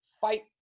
fight